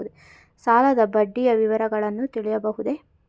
ಸಾಲದ ಬಡ್ಡಿಯ ವಿವರಗಳನ್ನು ತಿಳಿಯಬಹುದೇ?